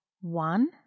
one